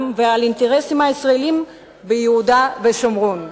ועל האינטרסים הישראליים ביהודה ושומרון.